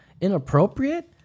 inappropriate